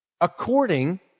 according